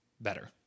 better